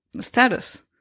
status